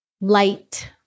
light